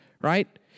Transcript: right